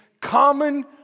common